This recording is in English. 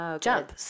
jump